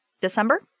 December